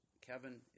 Kevin